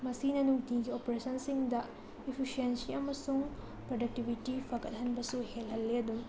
ꯃꯁꯤꯅ ꯅꯨꯡꯇꯤꯒꯤ ꯑꯣꯄꯔꯦꯁꯟꯁꯤꯡꯗ ꯏꯐꯤꯁꯦꯟꯁꯤ ꯑꯃꯁꯨꯡ ꯄ꯭ꯔꯗꯛꯇꯤꯕꯤꯇꯤ ꯐꯒꯠꯍꯜꯕꯁꯨ ꯍꯦꯜꯍꯜꯂꯦ ꯑꯗꯨꯝ